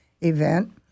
event